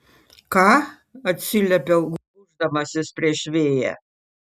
ką atsiliepiau gūždamasis prieš vėją